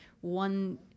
one